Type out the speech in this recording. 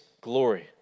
glory